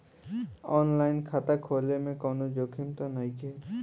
आन line खाता खोले में कौनो जोखिम त नइखे?